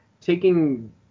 taking